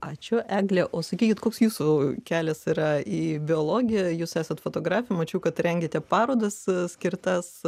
ačiū eglė o sakykit koks jūsų kelias yra į biologiją jūs esat fotografė mačiau kad rengiate parodas skirtas